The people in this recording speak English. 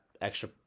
extra